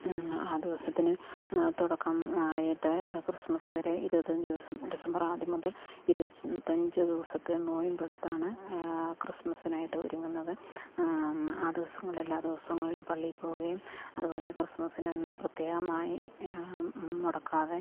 ആ ദിവസത്തിന് തുടക്കം ആയിട്ട് ക്രിസ്മസ് വരെ ഇരുപത്തി അഞ്ച് ദിവസം ഡിസംബർ ആദ്യം മുതൽ ഇരുപത്തി അഞ്ച് ദിവസത്തെ നൊയമ്പ് എടുത്താണ് ക്രിസ്മസ്സിനായിട്ട് ഒരുങ്ങുന്നത് ആ ദിവസങ്ങളിൽ എല്ലാ ദിവസങ്ങളിലും പള്ളിയിൽ പോവുകയും അതുപോലെ ക്രിസ്മസ്സിന് അന്ന് പ്രത്യേകമായി മുടക്കാതെ